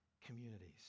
communities